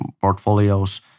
portfolios